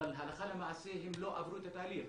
אבל הלכה למעשה הם לא עברו את התהליך,